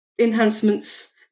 enhancements